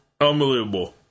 Unbelievable